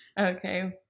Okay